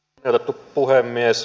kunnioitettu puhemies